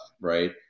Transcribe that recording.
right